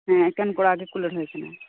ᱦᱮᱸ ᱮᱠᱮᱱᱠᱚᱲᱟ ᱜᱮ ᱠᱚ ᱞᱟᱹᱲᱦᱟᱹᱭ ᱠᱟᱱᱟ